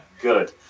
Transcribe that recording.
good